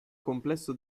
complesso